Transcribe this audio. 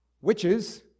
witches